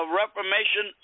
reformation